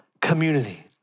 community